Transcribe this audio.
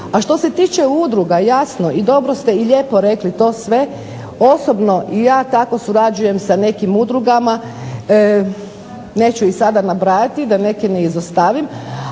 A što se tiče udruga jasno i dobro ste i lijepo rekli to sve. Osobno i ja tako surađujem sa nekim udrugama. Neću ih sada nabrajati da neke ne izostavim,